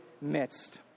midst